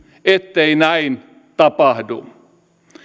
ettei näin tapahdu